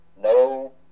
no